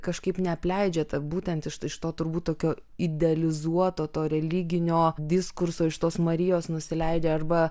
kažkaip neapleidžia ta būtent iš iš to turbūt tokio idealizuoto to religinio diskurso iš tos marijos nusileidžia arba